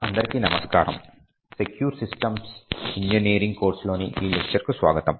అందరికీ నమస్కారం secure systems engineering కోర్సులోని ఈ లెక్చర్ కు స్వాగతం